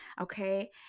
Okay